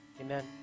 amen